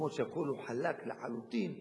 במקומות שהכול חלק לחלוטין,